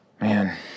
Man